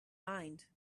mind